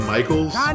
Michael's